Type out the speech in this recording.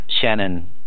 Shannon